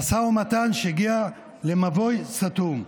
המשא ומתן הגיע למבוי סתום.